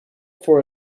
for